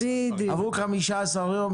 עברו 15 ימים,